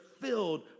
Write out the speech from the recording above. filled